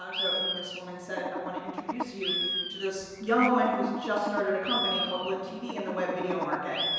um so and this woman said i want to introduce you to this young woman who's just started a company called blip tv in the web video market.